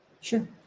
Sure